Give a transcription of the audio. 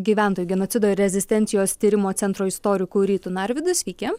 gyventojų genocido ir rezistencijos tyrimo centro istoriku rytu narvydu sveiki